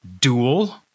dual